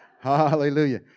Hallelujah